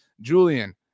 Julian